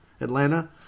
Atlanta